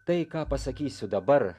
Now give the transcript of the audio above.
tai ką pasakysiu dabar